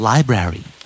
Library